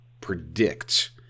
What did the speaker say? predict